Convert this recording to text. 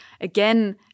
again